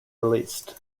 released